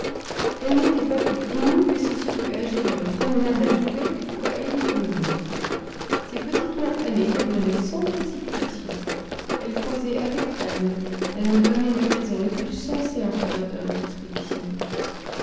elle n'était pas plus émue que s'il se fût agi d'une promenade à lubeck ou à heligoland ses petites mains allaient et venaient sans précipitation elle causait avec calme elle me donnait les raisons les plus sensées en faveur de notre expédition